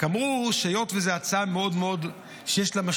רק אמרו שהיות שלהצעה יש משמעויות,